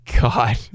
God